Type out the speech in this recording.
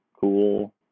cool